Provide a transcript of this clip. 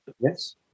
Yes